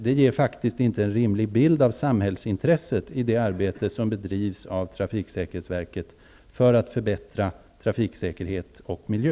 Det ger faktiskt inte en rimlig bild av samhällsintresset i det arbete som bedrivs av trafiksäkerhetsverket för att förbättra trafiksäkerhet och miljö.